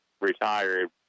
retired